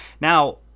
Now –